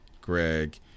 Greg